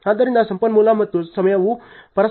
ಆದ್ದರಿಂದ ಸಂಪನ್ಮೂಲ ಮತ್ತು ಸಮಯವು ಪರಸ್ಪರ ಸಂಬಂಧ ಹೊಂದಿವೆ